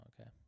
Okay